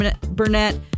Burnett